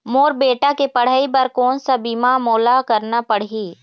मोर बेटा के पढ़ई बर कोन सा बीमा मोला करना पढ़ही?